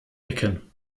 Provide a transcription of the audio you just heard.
ecken